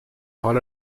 حال